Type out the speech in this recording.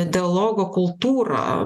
dialogo kultūrą